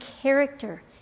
character